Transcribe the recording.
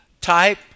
type